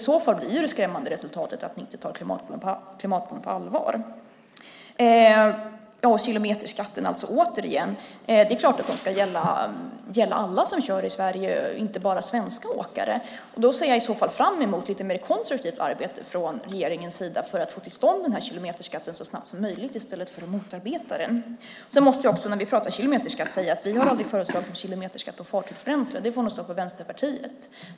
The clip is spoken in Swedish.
I så fall blir det skrämmande resultatet att ni inte tar klimatproblemen på allvar. Det är klart att kilometerskatten ska gälla alla som kör i Sverige, inte bara svenska åkare. I så fall ser jag fram emot lite mer konstruktivt arbete från regeringens sida för att få till stånd den här kilometerskatten så snabbt som möjligt i stället för att motarbeta den. När vi pratar om kilometerskatten måste jag få säga att vi aldrig föreslagit kilometerskatt på fartygsbränsle - det får nog stå för Vänsterpartiet.